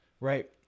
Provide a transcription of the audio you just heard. right